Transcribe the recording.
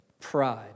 Pride